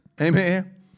Amen